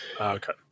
Okay